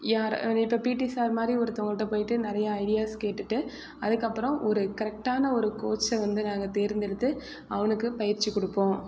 யார் இப்போ PT sir மாதிரி ஒருத்தங்கள்ட்ட போயிட்டு நிறைய ஐடியாஸ் கேட்டுட்டு அதுக்கு அப்புறம் ஒரு கரெக்ட்டான ஒரு கோச்சை வந்து நாங்கள் தேர்ந்தெடுத்து அவனுக்கு பயிற்சி கொடுப்போம்